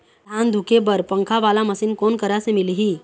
धान धुके बर पंखा वाला मशीन कोन करा से मिलही?